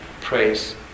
praise